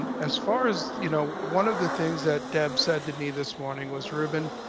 and as far as, you know one of the things that deb said to me this morning was, ruben,